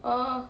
oh